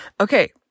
Okay